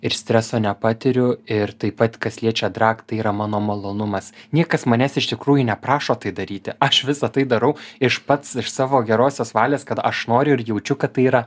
ir streso nepatiriu ir taip pat kas liečia drag tai yra mano malonumas niekas manęs iš tikrųjų neprašo tai daryti aš visa tai darau iš pats iš savo gerosios valios kad aš noriu ir jaučiu kad tai yra